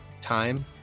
time